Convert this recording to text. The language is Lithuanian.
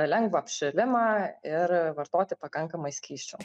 lengvą apšilimą ir vartoti pakankamai skysčių